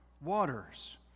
waters